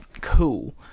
cool